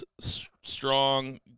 strong